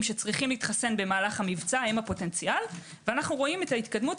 שצריכים להתחסן במהלך המבצע הם הפוטנציאל ואנו רואים את ההתקדמות,